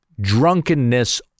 drunkenness